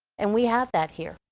and we have that here.